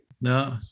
No